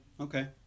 okay